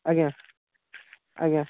ଆଜ୍ଞା ଆଜ୍ଞା